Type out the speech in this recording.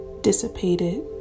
Dissipated